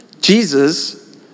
Jesus